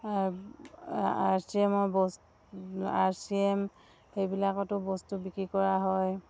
R R C এমৰ বস্তু R C M সেইবিলাকতো বস্তু বিক্ৰী কৰা হয়